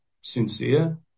sincere